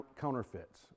counterfeits